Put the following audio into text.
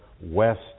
west